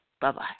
Bye-bye